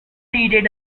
deeded